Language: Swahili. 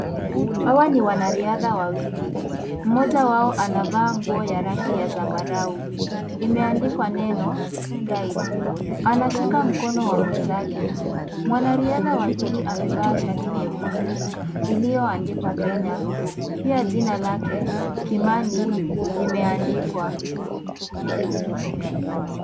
Hawa ni wanariadha wawili, mmoja wao anavaa nguo ya rangia ya zambarau imeandikwa neno (cs) guide (cs), ameshika mkono wa mwenzake. Mwanariadha wa pili amevaa shati nyekundu iliyoandikwa Kenya, pia jina lake Kimani limeandikwa.